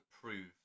prove